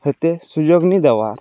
ହେତେ ସୁଯୋଗ୍ ନି ଦେବାର୍